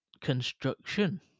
construction